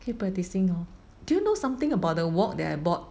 keep practicing lor do you know something about the wok that I bought